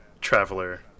Traveler